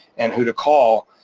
and who to call.